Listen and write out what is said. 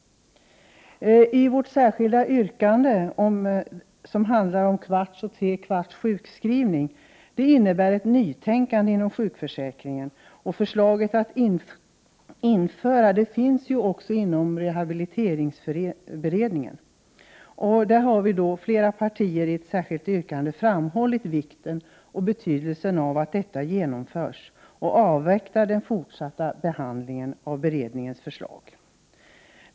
Det särskilda yttrandet, som handlar om kvarts och tre kvarts sjukskrivning, innebär ett nytänkande inom sjukförsäkringen. Samma förslag har framförts av rehabiliteringsberedningen. Företrädare för flera partier har i det särskilda uttalandet framhållit vikten av att en sådan möjlighet införs, och vi avvaktar den fortsatta behandlingen av beredningens förslag.